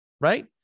right